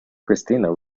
christina